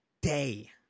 day